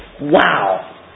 Wow